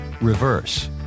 Reverse